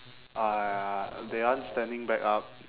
uhh they aren't standing back up